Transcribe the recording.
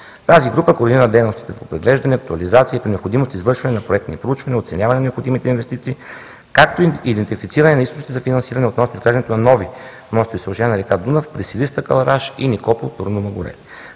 Тази група координира дейностите по преглеждане, актуализация и при необходимост извършване на проектни проучвания, оценяване на необходимите инвестиции, както и идентифициране на източници за финансиране, относно изграждането на нови мостови съоръжения над река Дунав при Силистра – Кълъраш и Никопол – Турну Мъгуреле.